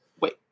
Wait